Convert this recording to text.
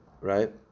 right